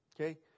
Okay